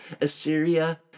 Assyria